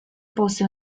pose